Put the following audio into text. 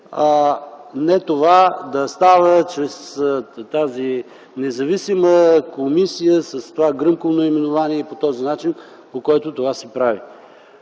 не това да става чрез тази независима комисия с това гръмко наименование и по този начин, по който това се прави.